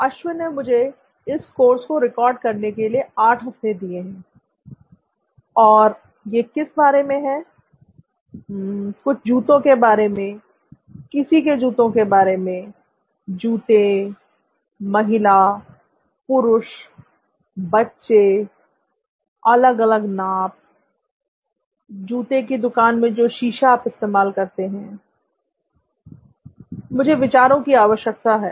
अश्विन ने मुझे इस कोर्स को रिकॉर्ड करने के लिए 8 हफ्ते दिए हैं और यह किस बारे में है कुछ जूतों के बारे में किसी के जूतों के बारे में जूते महिला पुरुष अलग अलग नाप जूते की दुकान में जो शीशा आप इस्तेमाल करते हैं मुझे विचारों की आवश्यकता है